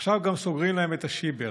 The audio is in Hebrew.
עכשיו גם סוגרים להם את השיבר,